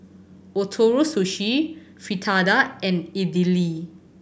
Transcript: Ootoro Sushi Fritada and Idili